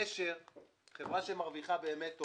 נשר היא חברה שמרוויחה באמת טוב,